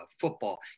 football